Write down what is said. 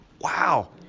Wow